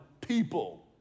people